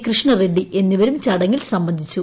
കൃഷ്ണറെഡ്ഡി എന്നിവരും ചടങ്ങിൽ സംബന്ധിച്ചു